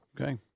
Okay